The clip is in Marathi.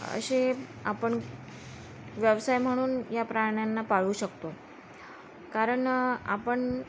असे आपण व्यवसाय म्हणून या प्राण्यांना पाळू शकतो कारण आपण